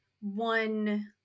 one